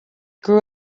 grew